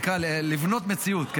לברוא מציאות.